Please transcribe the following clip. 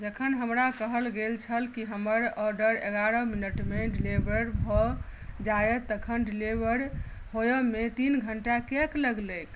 जखन हमरा कहल गेल छल कि हमर ऑर्डर एगारह मिनटमे डिलीवर भऽ जायत तखन डिलीवर होबयमे तीन घंटा किएक लगलै